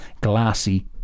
glassy